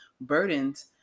burdens